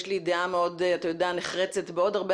יש לי דעה אתה יודע מאוד נחרצת בעוד הרבה